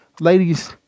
ladies